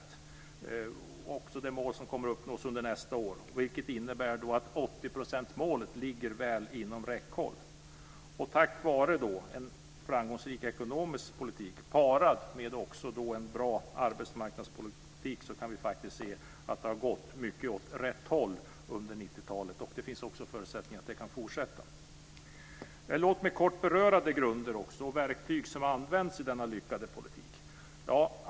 Det är också det mål som kommer att uppnås under nästa år. Det innebär att 80 procentsmålet ligger väl inom räckhåll. Tack vare en framgångsrik ekonomisk politik parad med en bra arbetsmarknadspolitik kan vi faktiskt se att det har gått åt rätt håll under 90-talet, och det finns också förutsättningar för att det kan fortsätta. Låt mig kort beröra de grunder och verktyg som har använts i denna lyckade politik.